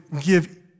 give